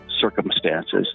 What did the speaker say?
circumstances